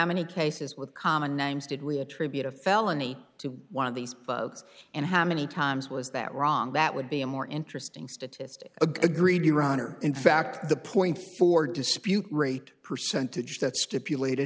many cases with common names did we attribute a felony to one of these bugs and how many times was that wrong that would be a more interesting statistic agreed iran or in fact the point for dispute rate percentage that stipulated